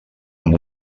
amb